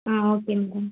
ah okay madam